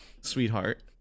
sweetheart